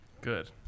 Good